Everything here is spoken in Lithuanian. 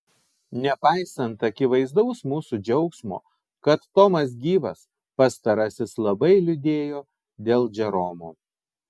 nepaisant akivaizdaus mūsų džiaugsmo kad tomas gyvas pastarasis labai liūdėjo dėl džeromo